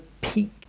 peak